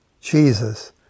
Jesus